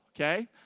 Okay